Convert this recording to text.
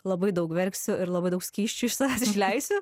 labai daug verksiu ir labai daug skysčių iš savęs išleisiu